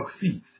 succeeds